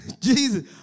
Jesus